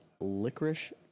licorice